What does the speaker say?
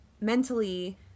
mentally